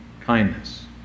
kindness